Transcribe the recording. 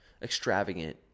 extravagant